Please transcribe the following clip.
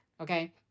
okay